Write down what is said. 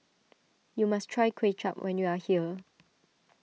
you must try Kway Chap when you are here